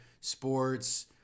sports